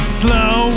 slow